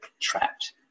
trapped